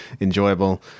enjoyable